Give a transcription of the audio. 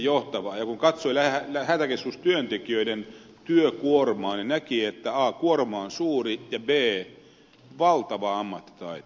ja kun katsoi hätäkeskustyöntekijöiden työkuormaa niin näki että a kuorma on suuri ja b on valtava ammattitaito